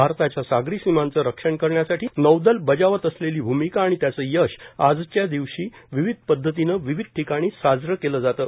भारताच्या सागरी सीमांचं रक्षण करण्यासाठी नौदल बजावत असलेली भूमिका आणि त्यांचं यश आजच्या दिवशी विविध पद्धतीनं विविध ठिकाणी साजरं केलं जातं